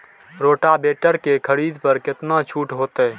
Rotavator के खरीद पर केतना छूट होते?